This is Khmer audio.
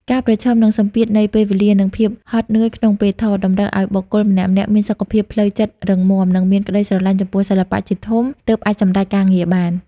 ការប្រឈមនឹងសម្ពាធនៃពេលវេលា និងភាពហត់នឿយក្នុងពេលថត តម្រូវឱ្យបុគ្គលម្នាក់ៗមានសុខភាពផ្លូវចិត្តរឹងមាំ និងមានក្ដីស្រឡាញ់ចំពោះសិល្បៈជាធំទើបអាចសម្រេចការងារបាន។